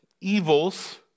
evils